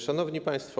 Szanowni Państwo!